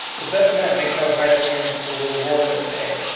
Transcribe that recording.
the best men make no high demands for reward and pay.